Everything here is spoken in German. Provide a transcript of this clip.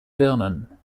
birnen